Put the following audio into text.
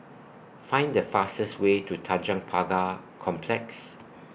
Find The fastest Way to Tanjong Pagar Complex